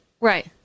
Right